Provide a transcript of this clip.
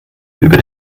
über